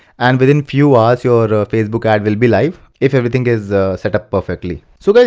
and within few hours your ah facebook ad will be live, if everything is set up perfectly. so guys,